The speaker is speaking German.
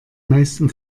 meisten